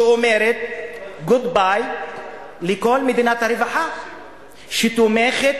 שאומרת goodby לכל מדינת הרווחה שתומכת